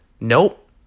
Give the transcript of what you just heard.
Nope